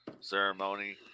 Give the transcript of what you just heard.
ceremony